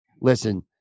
listen